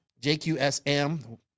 JQSM